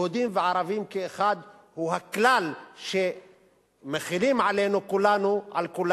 יהודים וערבים כאחד, הוא הכלל שמחילים על כולם,